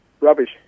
rubbish